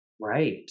Right